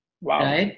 Wow